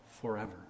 forever